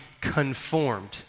conformed